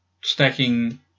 stacking